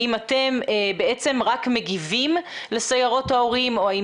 האם אתם בעצם רק מגיבים לסיירות ההורים או האם